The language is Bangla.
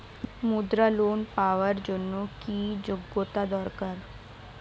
মুদ্রা লোন পাওয়ার জন্য কি যোগ্যতা দরকার?